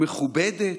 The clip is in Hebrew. מכובדת.